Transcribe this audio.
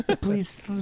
please